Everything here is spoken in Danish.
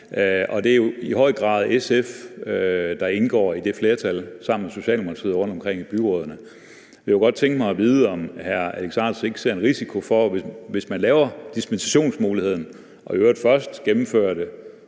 Det er i høj grad SF, der indgår i det flertal sammen med Socialdemokratiet rundtomkring i byrådene. Jeg kunne godt tænke mig at vide, om hr. Alex Ahrendtsen ikke ser en risiko for – hvis man laver dispensationsmuligheden og i øvrigt først gennemfører det